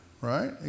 right